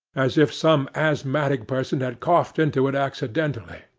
as if some asthmatic person had coughed into it accidentally